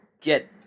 get